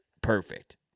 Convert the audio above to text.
perfect